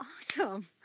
awesome